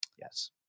Yes